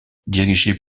dirigé